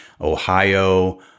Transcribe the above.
Ohio